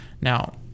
Now